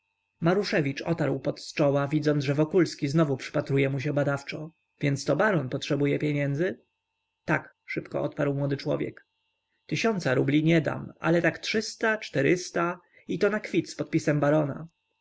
otarł pot z czoła widząc że wokulski znowu przypatruje mu się badawczo więc to baron potrzebuje pieniędzy tak szybko odparł młody człowiek tysiąca rubli nie dam ale tak trzysta czterysta i to na kwit z podpisem barona